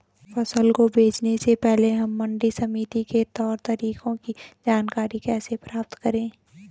फसल को बेचने से पहले हम मंडी समिति के तौर तरीकों की जानकारी कैसे प्राप्त करें?